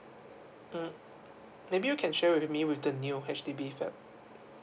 mm maybe you can share with me with the new H_D_B flat